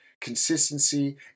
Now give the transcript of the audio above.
consistency